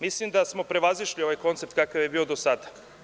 Mislim da smo prevazišli ovaj koncept kakav je bio do sada.